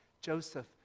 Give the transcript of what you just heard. Joseph